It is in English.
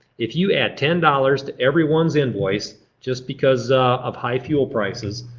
if you add ten dollars to everyone's invoice just because of high fuel prices,